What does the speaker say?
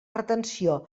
retenció